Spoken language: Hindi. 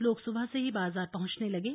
लोग सुबह से ही बाजार पहुंचने लगे